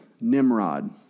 Nimrod